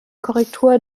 korrektur